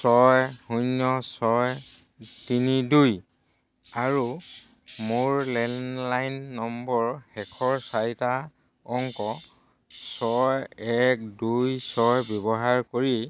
ছয় শূন্য ছয় তিনি দুই আৰু মোৰ লেণ্ডলাইন নম্বৰৰ শেষৰ চাৰিটা অংক ছয় এক দুই ছয় ব্যৱহাৰ কৰি